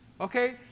Okay